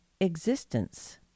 existence